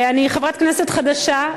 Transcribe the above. ואני חברת כנסת חדשה,